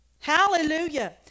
hallelujah